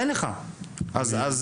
עכשיו